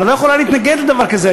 את לא יכולה להתנגד לדבר כזה,